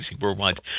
Worldwide